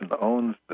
owns